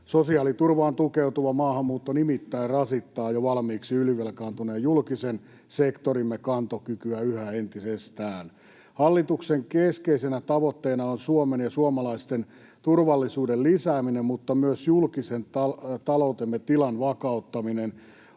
Sosiaaliturvaan tukeutuva maahanmuutto nimittäin rasittaa jo valmiiksi ylivelkaantuneen julkisen sektorimme kantokykyä yhä entisestään. Hallituksen keskeisenä tavoitteena on Suomen ja suomalaisten turvallisuuden lisääminen mutta myös julkisen taloutemme tilan vakauttaminen.